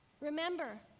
Remember